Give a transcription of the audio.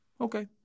okay